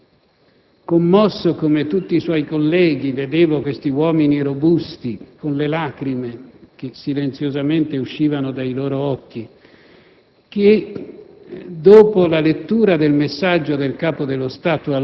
Prima di lei aveva parlato un poliziotto, commosso come tutti i suoi colleghi. Vedevo questi uomini robusti con le lacrime, che silenziosamente uscivano dai loro occhi.